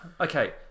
okay